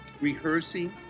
rehearsing